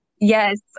Yes